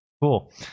cool